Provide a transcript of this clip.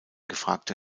gefragter